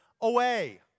away